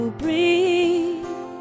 breathe